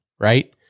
Right